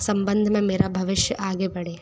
सम्बंध में मेरा भविष्य आगे बढ़े